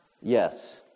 Yes